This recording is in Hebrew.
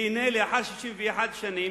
והנה, לאחר 61 שנים,